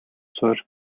суурь